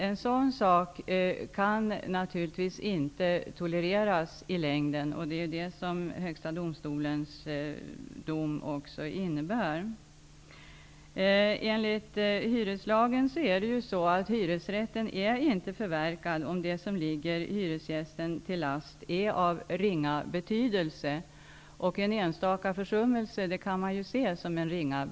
Ett sådant förfaringssätt kan naturligtvis inte i längden tolereras, vilket Högsta domstolens dom innebär. Enligt hyreslagen är hyresrätten inte förverkad om det som ligger hyresgästen till last är av ringa betydelse. En enstaka försummelse kan anses som ringa.